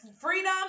freedom